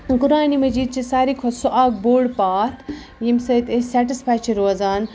قُرآنِ مجیٖد چھِ سارے کھۄتہٕ سُہ اَکھ بوٚڑ پاتھ ییٚمہِ سۭتۍ أسۍ سٮ۪ٹٕسفاے چھِ روزان